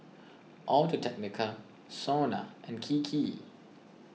Audio Technica Sona and Kiki